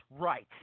right